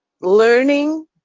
learning